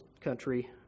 country